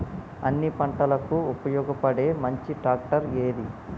అన్ని పంటలకు ఉపయోగపడే మంచి ట్రాక్టర్ ఏది?